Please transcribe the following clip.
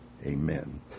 Amen